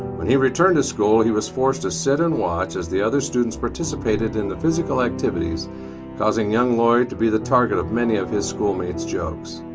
when he returned to school he was forced to sit and watch as the other students participated in the physical activities causing young lloyd to be the target of many of his schoolmates' jokes.